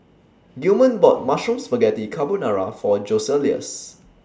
Gilman bought Mushroom Spaghetti Carbonara For Joseluis